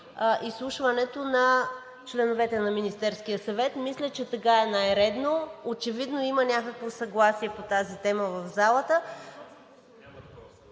изслушването на членовете на Министерския съвет. Мисля, че така е най-редно. Очевидно има някакво съгласие по тази тема в залата…